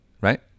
Right